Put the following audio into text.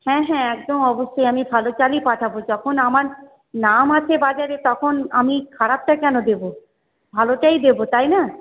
হ্যাঁ হ্যাঁ একদম অবশ্যই আমি ভালো চালই পাঠাব যখন আমার নাম আছে বাজারে তখন আমি খারাপটা কেন দেব ভালোটাই দেব তাই না